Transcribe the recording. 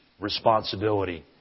responsibility